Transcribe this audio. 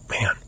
man